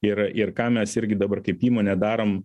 ir ir ką mes irgi dabar kaip įmonė darom